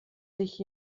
sich